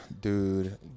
Dude